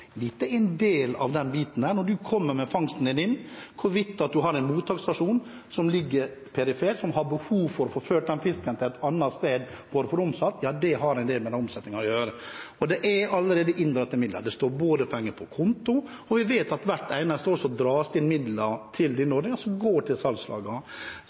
en del av den biten. Når man kommer med fangsten, hvorvidt man da har en mottaksstasjon som ligger perifert, som har behov for å få ført fisken til et annet sted for å få den omsatt, det har en del med den omsetningen å gjøre. Det er allerede inndratte midler. Det står både penger på konto, og vi vet at det hvert eneste år dras inn midler til denne ordningen som går til salgslagene.